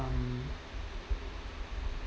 um